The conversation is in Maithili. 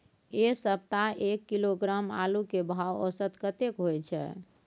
ऐ सप्ताह एक किलोग्राम आलू के भाव औसत कतेक होय छै?